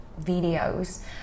videos